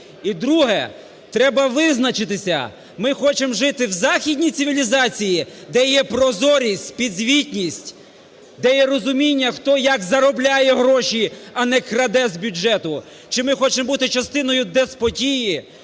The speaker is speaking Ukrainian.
І друге. Треба визначитися, ми хочемо жити в західній цивілізації, де є прозорість, підзвітність, де є розуміння, хто як заробляє гроші, а не краде з бюджету, чи ми хочемо бути частиною деспотії,